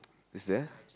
is there